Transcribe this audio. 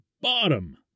bottom